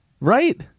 Right